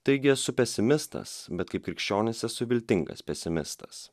taigi esu pesimistas bet kaip krikščionis esu viltingas pesimistas